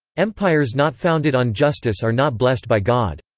empires not founded on justice are not blessed by god.